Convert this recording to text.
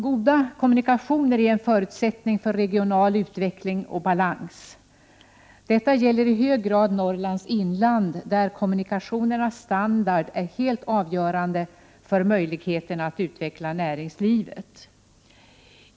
Goda kommunikationer är en förutsättning för regional utveckling och balans. Detta gäller i hög grad Norrlands inland, där kommunikationernas standard är helt avgörande för möjligheterna att uveckla näringslivet.